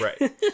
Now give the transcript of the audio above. Right